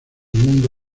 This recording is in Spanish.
mundo